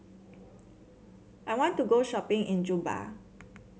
I want to go shopping in Juba